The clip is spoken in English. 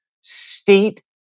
state